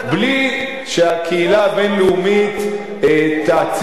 בלי שהקהילה הבין-לאומית תעצים,